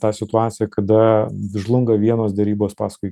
tą situaciją kada žlunga vienos derybos paskui